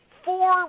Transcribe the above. four